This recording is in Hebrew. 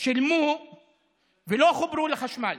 יש אנשים ששילמו ולא חוברו לחשמל.